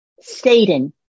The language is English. Satan